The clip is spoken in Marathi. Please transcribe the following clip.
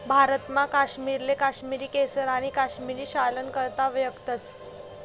भारतमा काश्मीरले काश्मिरी केसर आणि काश्मिरी शालना करता वयखतस